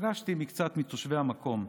פגשתי מקצת תושבי המקום.